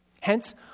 Hence